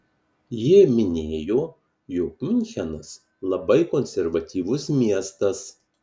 ji minėjo jog miunchenas labai konservatyvus miestas